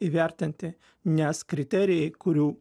įvertinti nes kriterijai kurių